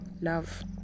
love